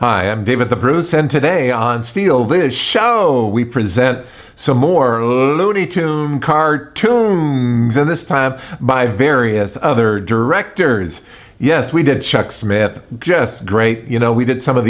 hi i'm david the bruce and today on steal the show we present some more loony tune card tumors and this time by various other directors yes we did chuck smith just great you know we did some of